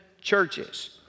churches